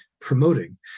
promoting